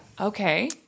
okay